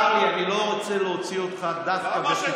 צר לי, אני לא רוצה להוציא אותך דווקא בפתיחה.